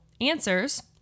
answers